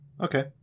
okay